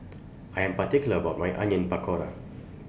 I Am particular about My Onion Pakora